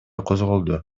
козголду